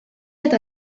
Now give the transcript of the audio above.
eta